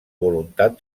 voluntat